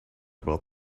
about